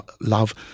love